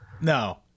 No